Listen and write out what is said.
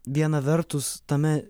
viena vertus tame